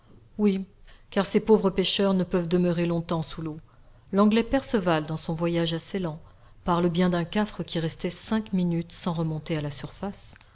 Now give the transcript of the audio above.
oui car ces pauvres pêcheurs ne peuvent demeurer longtemps sous l'eau l'anglais perceval dans son voyage à ceylan parle bien d'un cafre qui restait cinq minutes sans remonter à la surface